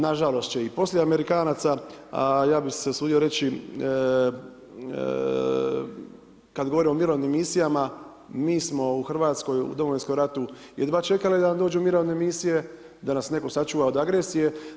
Na žalost će i poslije Amerikanaca, a ja bih se usudio reći kad govorim o mirovnim misijama mi smo u Hrvatskoj u Domovinskom ratu jedva čekali da nam dođu mirovne misije, da nas netko sačuva od agresije.